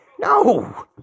No